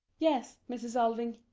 yes, mrs. alving.